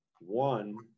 one